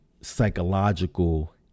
psychological